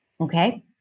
okay